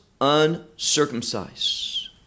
uncircumcised